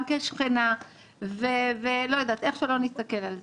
גם כשכנה ואיך שלא נסתכל על זה.